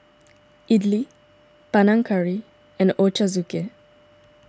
Idili Panang Curry and Ochazuke